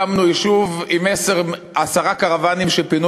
הקמנו יישוב עם עשרה קרוונים שפינו